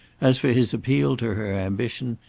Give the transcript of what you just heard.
as for his appeal to her ambition,